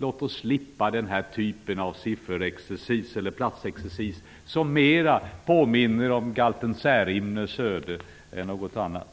Låt oss slippa den här typen av platsexercis, som mera påminner om galten Särimners öde än om något annat.